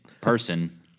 person